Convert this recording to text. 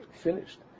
Finished